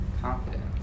Confidence